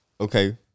Okay